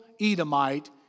Edomite